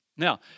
Now